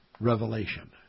revelation